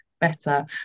better